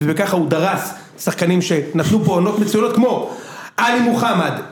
וככה הוא דרס שחקנים שנחלו פה עונות מצוינות, כמו אלי מוחמד.